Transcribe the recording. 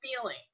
feeling